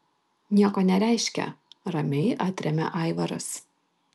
nieko nereiškia ramiai atremia aivaras